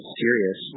serious